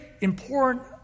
important